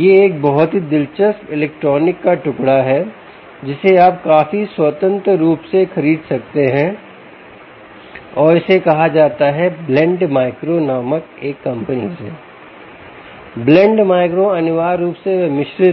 यह एक बहुत ही दिलचस्प इलेक्ट्रॉनिक का टुकड़ा है जिसे आप काफी स्वतंत्र रूप से खरीद सकते हैं और इसे कहा जाता है ब्लेंड माइक्रो नामक एक कंपनी से ब्लेंड माइक्रो अनिवार्य रूप से वे मिश्रित हैं